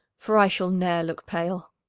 for i shall ne'er look pale.